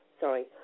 Sorry